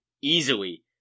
easily